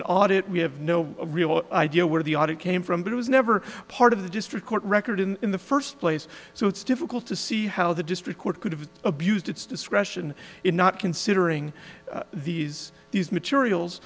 an audit we have no idea where the audit came from but it was never part of the district court record in the first place so it's difficult to see how the district court could have abused its discretion in not considering these these materials